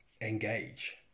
Engage